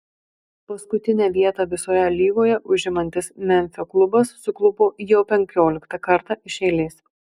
paskutinę vietą visoje lygoje užimantis memfio klubas suklupo jau penkioliktą kartą iš eilės